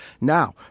Now